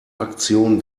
aktion